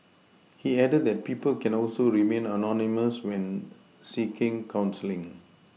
he added that people can also remain anonymous when seeking counselling